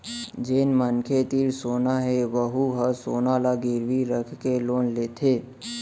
जेन मनखे तीर सोना हे वहूँ ह सोना ल गिरवी राखके लोन लेथे